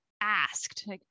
asked